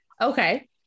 Okay